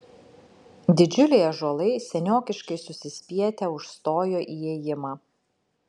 didžiuliai ąžuolai seniokiškai susispietę užstojo įėjimą